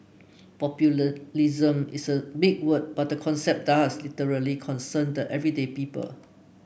is a big word but the concept does literally concern the everyday people